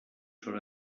són